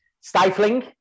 stifling